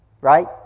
Right